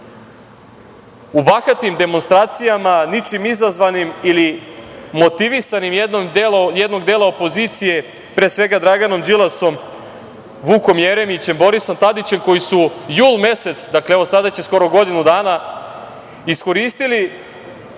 u bahatim demonstracijama, ničim izazvanim ili motivisani jednim delom opozicije, pre svega Draganom Đilasom, Vukom Jeremićem, Borisom Tadićem, koji su jul mesec, dakle, evo sada će skoro godinu dana, iskoristili